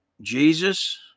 Jesus